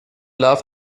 love